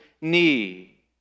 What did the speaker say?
knee